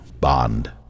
Bond